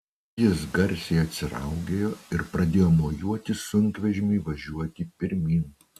jis garsiai atsiraugėjo ir pradėjo mojuoti sunkvežimiui važiuoti pirmyn